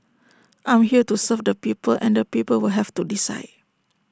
I'm here to serve the people and the people will have to decide